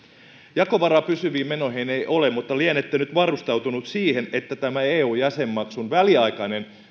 jakovaraa pysyviin menoihin ei ole mutta lienette nyt varustautunut siihen että tämä eu jäsenmaksun väliaikainen